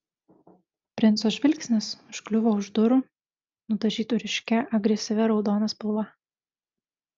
princo žvilgsnis užkliuvo už durų nudažytų ryškia agresyvia raudona spalva